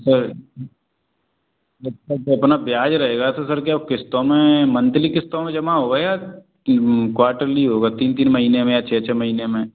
sir जब तक अपना ब्याज रहेगा तो सर क्या किस्तों में मंथली किस्तों में जमा होगा या क्वाटरली होगा तीन तीन महीने में या छ छ महीने में